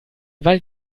weil